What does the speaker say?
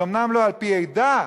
זה אומנם לא על-פי עדה,